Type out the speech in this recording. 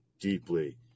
deeply